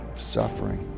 suffering.